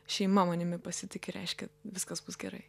šeima manimi pasitiki reiškia viskas bus gerai